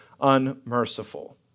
unmerciful